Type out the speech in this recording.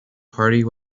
party